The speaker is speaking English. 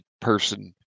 person